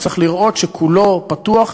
וצריך לראות שכולו פתוח.